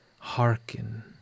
Hearken